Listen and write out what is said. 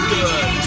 good